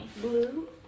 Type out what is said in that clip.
Blue